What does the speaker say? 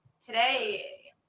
today